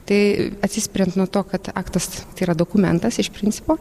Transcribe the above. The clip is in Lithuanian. tai atsispiriant nuo to kad aktas yra dokumentas iš principo